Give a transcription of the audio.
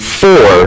four